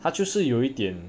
他就是有一点